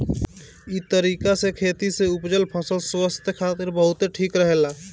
इ तरीका से खेती से उपजल फसल स्वास्थ्य खातिर बहुते ठीक रहेला